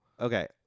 Okay